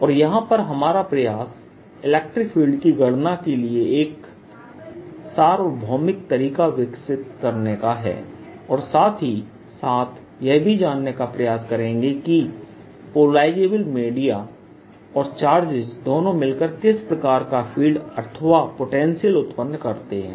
और यहां पर हमारा प्रयास इलेक्ट्रिक फील्ड की गणना के लिए एक सार्वभौमिक तरीका विकसित करने का है और साथ ही साथ यह भी जानने का प्रयास करेंगे की पोलराइज मीडिया और चार्जेस दोनों मिलकर किस प्रकार का फील्ड अथवा पोटेंशियल उत्पन्न करते हैं